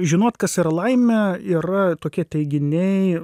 žinot kas yra laimė yra tokie teiginiai